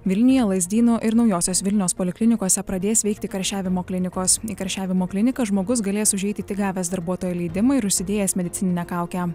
vilniuje lazdynų ir naujosios vilnios poliklinikose pradės veikti karščiavimo klinikos į karščiavimo kliniką žmogus galės užeiti tik gavęs darbuotojo leidimą ir užsidėjęs medicininę kaukę